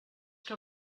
que